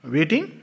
Waiting